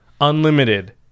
unlimited